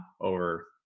over